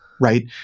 Right